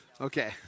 okay